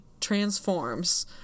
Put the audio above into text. transforms